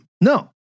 No